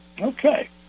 Okay